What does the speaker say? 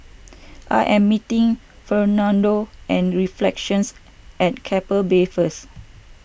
I am meeting Fernando at Reflections at Keppel Bay first